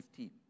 15